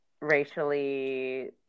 racially